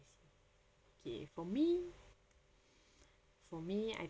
I see okay for me for me I